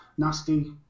Nasty